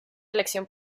elección